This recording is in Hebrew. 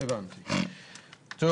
זה